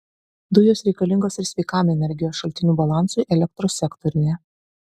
dujos reikalingos ir sveikam energijos šaltinių balansui elektros sektoriuje